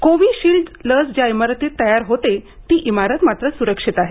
Covishield लस ज्या इमारतीत तयार होते ती इमारत सुरक्षित आहे